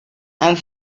and